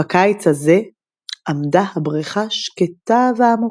בקיץ הזה עמדה הברכה שקטה ועמקה,